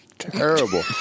Terrible